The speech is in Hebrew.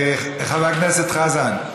חבר הכנסת חזן,